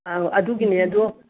ꯑꯥ ꯑꯗꯨꯒꯤꯅꯦ ꯑꯗꯨ